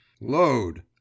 load